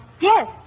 Yes